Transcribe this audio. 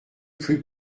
plus